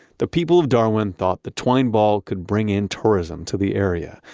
the people of darwin thought the twine ball could bring in tourism to the area.